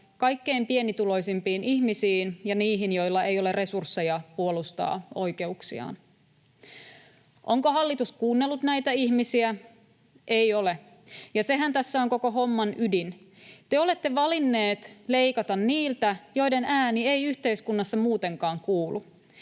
kaikkein pienituloisimpiin ihmisiin ja niihin, joilla ei ole resursseja puolustaa oikeuksiaan. Onko hallitus kuunnellut näitä ihmisiä? Ei ole, ja sehän tässä on koko homman ydin. Te olette valinneet leikata niiltä, joiden ääni ei yhteiskunnassa muutenkaan kuulu.